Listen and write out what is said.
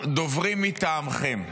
הדוברים מטעמכם.